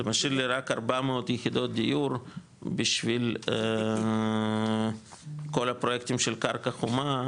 זה משאיר לי רק 400 יחידות דיור בשביל כל הפרויקטים של קרקע חומה,